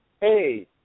Hey